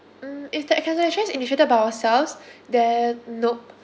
mm if the cancellation is initiated by ourselves then nope